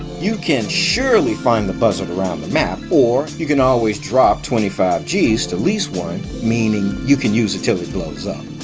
you can surely find the buzzard around the map, or you can always drop twenty five gs to lease one meaning you can use it till it blows up.